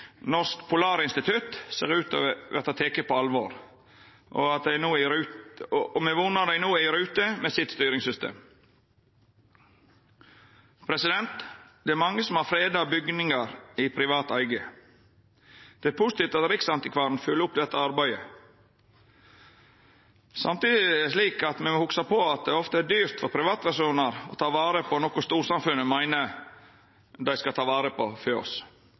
Norsk Polarinstitutt no ser ut til å verta teken på alvor. Det er på høg tid, og me vonar dei no er i rute med styringssystemet sitt. Det er mange som har freda bygningar i privat eige. Det er positivt at Riksantikvaren følgjer opp dette arbeidet. Samtidig er det slik at me må hugsa på at det ofte er dyrt for privatpersonar å ta vare på noko storsamfunnet meiner dei skal ta vare på for oss.